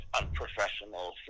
unprofessional